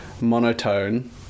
monotone